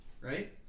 right